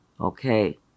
Okay